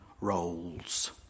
roles